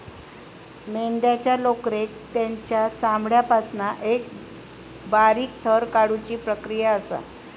मेंढ्यांच्या लोकरेक तेंच्या चामड्यापासना एका बारीक थर काढुची प्रक्रिया असा